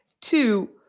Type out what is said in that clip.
Two